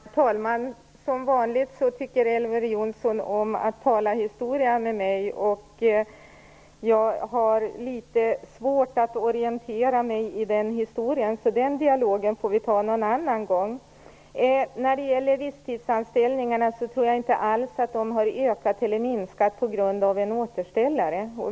Herr talman! Som vanligt tycker Elver Jonsson om att tala historia med mig. Jag har litet svårt att orientera mig i den här historien, så den dialogen får vi ta någon annan gång. Jag tror inte alls att visstidsanställningarna har ökat eller minskat på grund av en återställare.